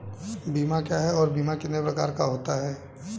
बीमा क्या है और बीमा कितने प्रकार का होता है?